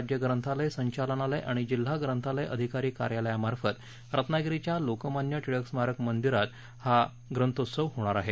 राज्य ग्रंथालय संचालनालय आणि जिल्हा ग्रंथालय अधिकारी कार्यालयामार्फत रत्नागिरीच्या लोकमान्य टिळक स्मारक मंदिर ग्रंथालयात हा ग्रंथोत्सव होणार आहे